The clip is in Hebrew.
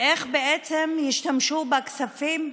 ואיך בעצם ישתמשו בכספים,